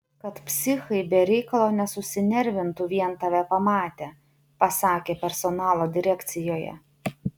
kad psichai be reikalo nesusinervintų vien tave pamatę pasakė personalo direkcijoje